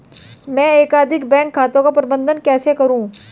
मैं एकाधिक बैंक खातों का प्रबंधन कैसे करूँ?